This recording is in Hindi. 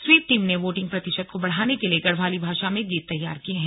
स्वीप टीम ने वोटिंग प्रतिशत को बढ़ाने के लिए गढ़वाली भाषा में गीत तैयार किए हैं